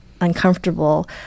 uncomfortable